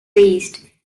based